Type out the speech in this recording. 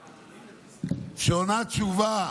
המדינה, שעונה תשובה